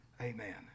Amen